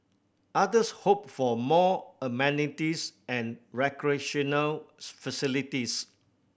others hoped for more amenities and recreational facilities